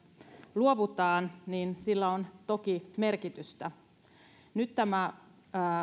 luovutaan on toki merkitystä nyt tämä